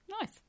nice